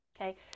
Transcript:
Okay